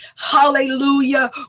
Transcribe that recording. hallelujah